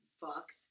fuck